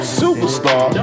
superstar